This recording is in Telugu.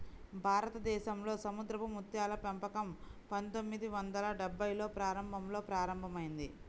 భారతదేశంలో సముద్రపు ముత్యాల పెంపకం పందొమ్మిది వందల డెభ్భైల్లో ప్రారంభంలో ప్రారంభమైంది